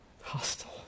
Hostile